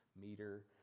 meter